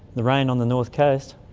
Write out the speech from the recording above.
the rain on the north coast?